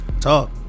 Talk